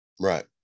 right